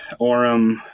Orem